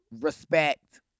Respect